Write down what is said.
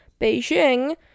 beijing